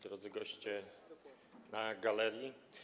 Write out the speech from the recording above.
Drodzy goście na galerii!